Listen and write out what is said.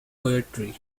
poetry